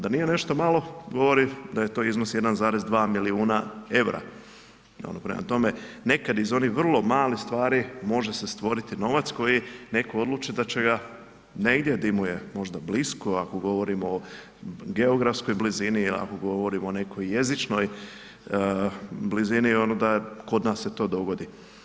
Da nije nešto malo, govori da je to iznos 1,2 milijuna EUR-a, prema tome, nekad iz onih vrlo malih stvari može se stvoriti novac koji netko odluči da će ga negdje gdje mu je blisko ako govorimo o geografskoj blizini, ako govorimo o nekoj jezičnoj blizini, da kod nas se to dogodi.